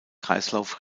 kreislauf